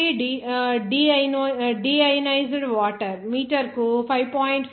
high quality deionised water మీటరుకు 5